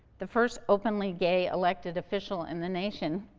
the first openly gay elected official in the nation.